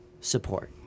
support